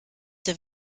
der